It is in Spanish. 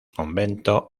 convento